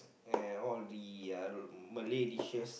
and all the uh Malay dishes